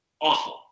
awful